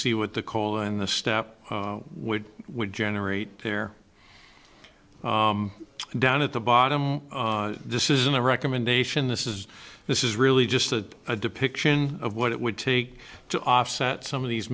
see what the coal in the step would would generate there down at the bottom this isn't a recommendation this is this is really just a depiction of what it would take to offset some of these